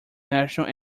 national